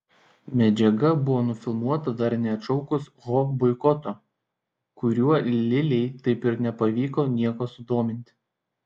medžiaga buvo nufilmuota dar neatšaukus ho boikoto kuriuo lilei taip ir nepavyko nieko sudominti